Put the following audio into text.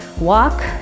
walk